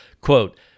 quote